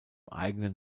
eigenen